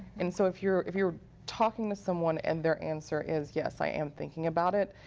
and so if you're if you're talking to someone and their answer is yes, i am thinking about it,